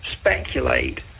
speculate